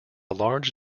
large